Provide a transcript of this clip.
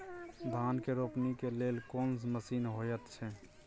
धान के रोपनी के लेल कोन मसीन होयत छै?